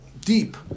deep